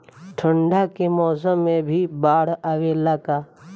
ठंडा के मौसम में भी बाढ़ आवेला का?